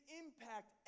impact